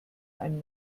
einen